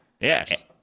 Yes